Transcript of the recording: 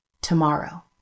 tomorrow